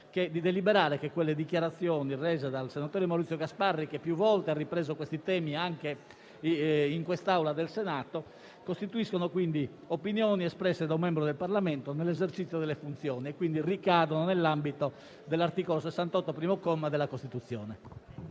di deliberare che le dichiarazioni rese dal senatore Maurizio Gasparri, che più volte ha ripreso questi temi anche nell'Aula del Senato, costituiscono opinioni espresse da un membro del Parlamento nell'esercizio delle sue funzioni e quindi ricadono nell'ambito dell'articolo 68, primo comma, della Costituzione.